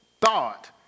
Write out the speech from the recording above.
thought